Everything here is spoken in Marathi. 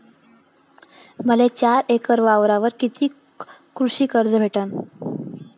मले चार एकर वावरावर कितीक कृषी कर्ज भेटन?